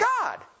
God